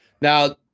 Now